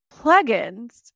plugins